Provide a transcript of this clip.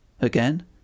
Again